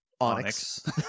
Onyx